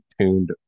tuned